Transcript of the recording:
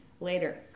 later